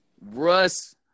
Russ